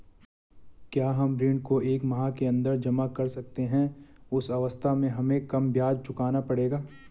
क्या हम ऋण को एक माह के अन्दर जमा कर सकते हैं उस अवस्था में हमें कम ब्याज चुकाना पड़ेगा?